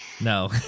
No